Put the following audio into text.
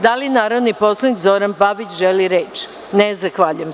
Da li narodni poslanik Zoran Babić želi reč? (Ne) Zahvaljujem se.